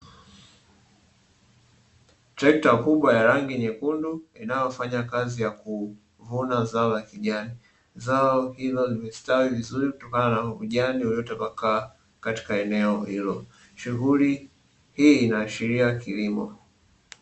Trecta kubwa yenye rangi nyekundu inayofanya kazi ya kuvuna zao la kijani, zao hilo limestawi vizuri kutokana na kijani kilichotapakaa katika eneo hilo shughuli hii inaashiria kilimo.